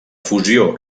fusió